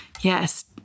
yes